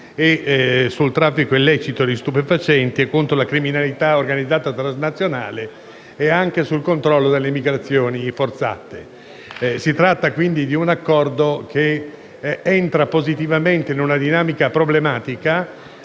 sul traffico illecito di stupefacenti, contro la criminalità organizzata transnazionale e anche sul controllo delle immigrazioni forzate. Si tratta quindi di un Accordo che entra positivamente in una dinamica problematica,